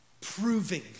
proving